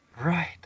Right